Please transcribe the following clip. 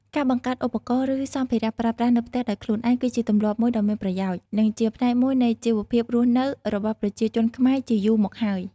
ការបង្កើតឧបករណ៍ ឬសម្ភារៈប្រើប្រាស់នៅផ្ទះដោយខ្លួនឯង គឺជាទម្លាប់មួយដ៏មានប្រយោជន៍ និងជាផ្នែកមួយនៃជីវភាពរស់នៅរបស់ប្រជាជនខ្មែរជាយូរមកហើយ។